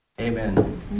Amen